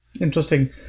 interesting